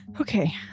Okay